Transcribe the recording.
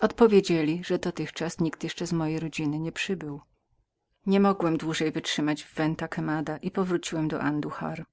odpowiedzieli że dotychczas nikt jeszcze z mojej rodziny nie przybył niemogłem już dłużej wytrzymać w venta quemada i powróciłem do anduhar